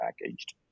packaged